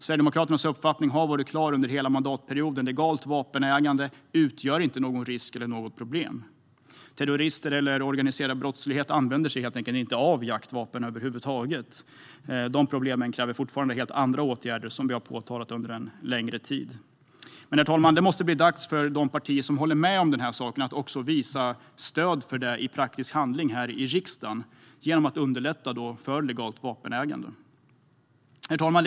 Sverigedemokraternas uppfattning har varit klar under hela mandatperioden: Legalt vapenägande utgör inte någon risk eller något problem. Terrorister eller organiserad brottslighet använder sig över huvud taget inte av jaktvapen, utan de problemen kräver andra åtgärder, vilket vi har påpekat under en längre tid. Det måste bli dags för de partier som håller med om detta att också visa stöd för det i praktisk handling här i riksdagen, genom att underlätta för legalt vapenägande. Herr talman!